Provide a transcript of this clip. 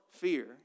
fear